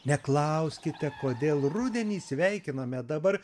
neklauskite kodėl rudenį sveikiname dabar